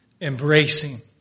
embracing